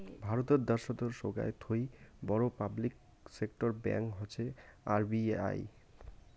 ভারত দ্যাশোতের সোগায় থুই বড় পাবলিক সেক্টর ব্যাঙ্ক হসে আর.বি.এই